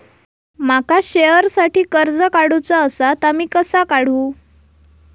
माका शेअरसाठी कर्ज काढूचा असा ता मी कसा काढू?